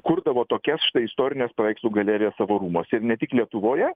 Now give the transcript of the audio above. kurdavo tokias istorines paveikslų galerijas savo rūmuose ir ne tik lietuvoje